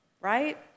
right